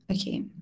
Okay